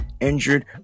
injured